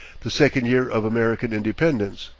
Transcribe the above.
the second year of american independence,